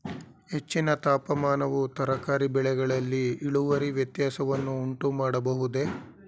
ಹೆಚ್ಚಿನ ತಾಪಮಾನವು ತರಕಾರಿ ಬೆಳೆಗಳಲ್ಲಿ ಇಳುವರಿ ವ್ಯತ್ಯಾಸವನ್ನು ಉಂಟುಮಾಡಬಹುದೇ?